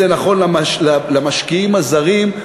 זה נכון למשקיעים הזרים.